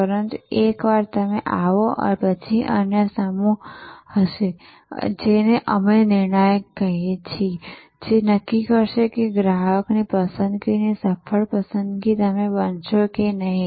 પરંતુ એકવાર તમે આવો પછી અન્ય સમૂહ હશે જેને અમે નિર્ણાયક કહીએ છીએ જે નક્કી કરશે કે તમે ગ્રાહકની પસંદગીની સફળ પસંદગી બનશો કે નહીં